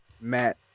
Matt